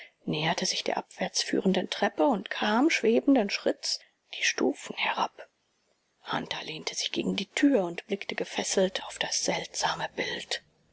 näherte sich der abwärts führenden treppe und kam schwebenden schritts die stufen herab hunter lehnte sich gegen die tür und blickte gefesselt auf das seltsame bild